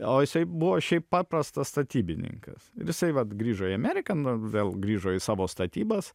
o jisai buvo šiaip paprastas statybininkas ir jisai vat grįžo į ameriką vėl grįžo į savo statybas